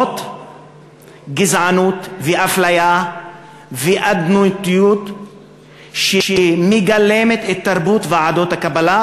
זאת גזענות ואפליה ואדנות שמגלמת את תרבות ועדות הקבלה,